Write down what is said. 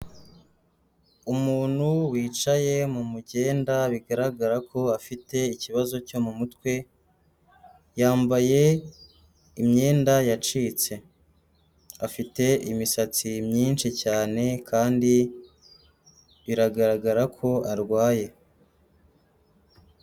Umuntu wicaye mu mugenda bigaragara ko afite ikibazo cyo mu mutwe yambaye imyenda yacitse, afite imisatsi myinshi cyane kandi biragaragara ko arwaye.